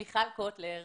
אנחנו מכירות.